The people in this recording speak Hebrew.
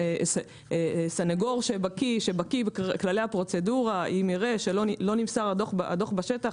סניגור שבקי בכללי הפרוצדורה ואם יראה שלא נמסר הדוח בשטח,